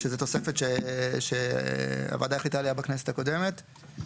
שזה תוספת שהוועדה החליטה עליה בכנסת הקודמת.